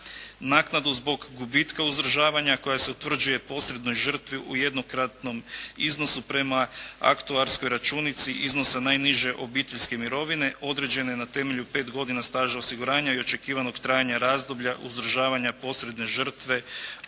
Naknadu zbog gubitka uzdržavanja koja se utvrđuje posrednoj žrtvi u jednokratnom iznosu, prema aktuarskoj računici iznosa najniže obiteljske mirovine određene na temelju 5 godina staža osiguranja i očekivanog trajanja razdoblja uzdržavanja posredne žrtve